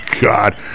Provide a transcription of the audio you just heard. God